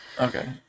Okay